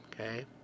okay